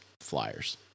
Flyers